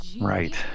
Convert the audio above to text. Right